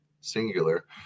singular